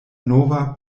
nova